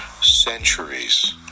centuries